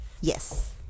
yes